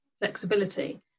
flexibility